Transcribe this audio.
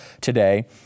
today